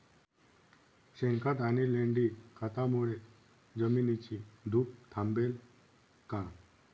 शेणखत आणि लेंडी खतांमुळे जमिनीची धूप थांबेल का?